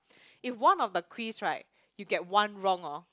if one of the quiz right you get one wrong orh